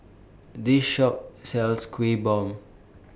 This Shop sells Kuih Bom